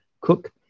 Cook